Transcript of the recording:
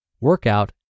Workout